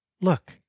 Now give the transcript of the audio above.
Look